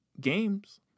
games